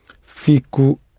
Fico